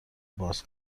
باز